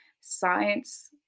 science